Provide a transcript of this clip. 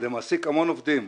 זה מעסיק המון עובדים.